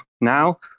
Now